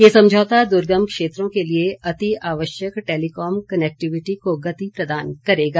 ये समझौता दुर्गम क्षेत्रों के लिए अतिआवश्यक टेलिकॉम क्नेक्टिविटी को गति प्रदान करेगा